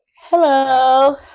Hello